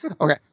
Okay